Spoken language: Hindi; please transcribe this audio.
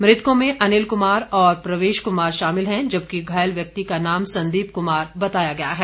मृतकों में अनिल कुमार और प्रवेश कुमार शामिल हैं जबकि घायल व्यक्ति का नाम संदीप कुमार बताया गया है